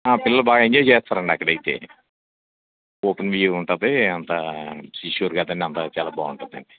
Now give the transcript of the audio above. పిల్లలు బాగా ఎంజాయ్ చేస్తారండి అక్కడ అయితే ఓపెన్ వ్యూ ఉంటుంది అంత సీషోర్ కదండి అంతా చాలా బాగుంటుంది అండి